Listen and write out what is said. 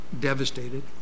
devastated